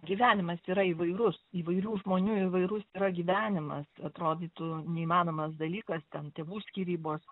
gyvenimas yra įvairus įvairių žmonių įvairus yra gyvenimas atrodytų neįmanomas dalykas ten tėvų skyrybos